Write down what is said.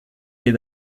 des